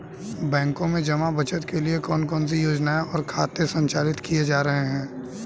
बैंकों में जमा बचत के लिए कौन कौन सी योजनाएं और खाते संचालित किए जा रहे हैं?